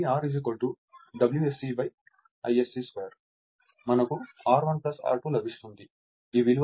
కాబట్టి మనకు R1 R2 లభిస్తుంది